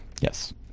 Yes